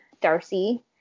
Darcy